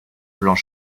blanc